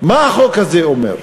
מה החוק הזה אומר,